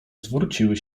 zwróciły